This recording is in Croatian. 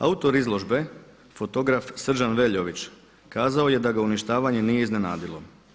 Autor izložbe fotograf Srđan Veljović kazao je da ga uništavanje nije iznenadilo.